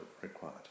required